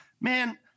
Man